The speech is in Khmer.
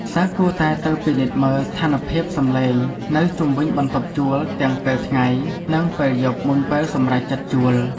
សិស្សគួរតែទៅពិនិត្យមើលស្ថានភាពសំឡេងនៅជុំវិញបន្ទប់ជួលទាំងពេលថ្ងៃនិងពេលយប់មុនពេលសម្រេចចិត្តជួល។